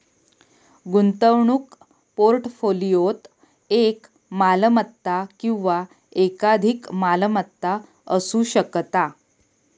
गुंतवणूक पोर्टफोलिओत एक मालमत्ता किंवा एकाधिक मालमत्ता असू शकता